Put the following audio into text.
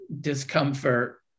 discomfort